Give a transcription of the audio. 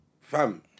Fam